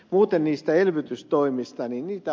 muuten niistä elvytystoimista